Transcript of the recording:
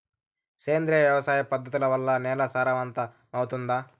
సేంద్రియ వ్యవసాయ పద్ధతుల వల్ల, నేల సారవంతమౌతుందా?